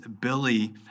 Billy